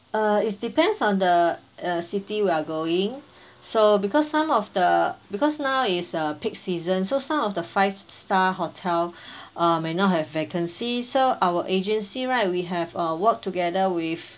uh it's depends on the uh city we're going so because some of the because now is a peak season so some of the five star hotel uh may not have vacancy so our agency right we have uh work together with